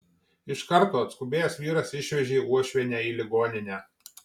iš karto atskubėjęs vyras išvežė uošvienę į ligoninę